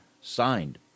Signed